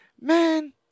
Man